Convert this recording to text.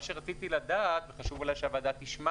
מה שרציתי לדעת, וחשוב אולי שהוועדה תשמע,